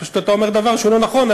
פשוט אתה אומר דבר שהוא לא נכון.